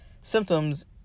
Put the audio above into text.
symptoms